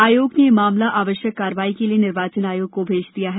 आयोग ने यह मामला आवश्यक कार्रवाई के लिए निर्वाचन आयोग को भेज दिया है